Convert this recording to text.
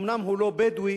אומנם הוא לא בדואי,